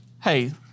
Hey